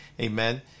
Amen